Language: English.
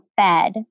fed